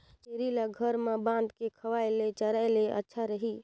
छेरी ल घर म बांध के खवाय ले चराय ले अच्छा रही?